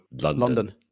London